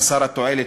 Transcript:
חסר התועלת,